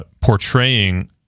portraying